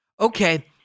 Okay